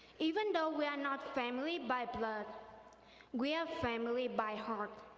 even though we are not family by blood we are family by heart,